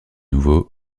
nouveau